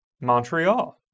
Montreal